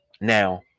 Now